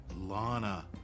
Lana